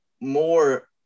more